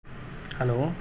hello